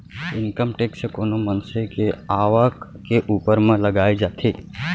income tax कोनो मनसे के आवक के ऊपर म लगाए जाथे